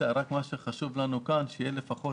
חשוב לנו כאן שיהיה לפחות